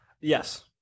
Yes